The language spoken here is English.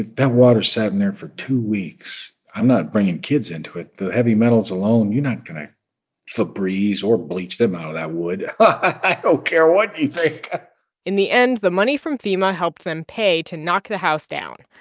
that water sat in there for two weeks. i'm not bringing kids into it. the heavy metals alone, you're not going to febreze or bleach them out of that wood. i don't care what you think in the end, the money from fema helped them pay to knock the house down.